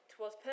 Twas